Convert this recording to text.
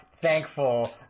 thankful